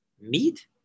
meat